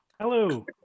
Hello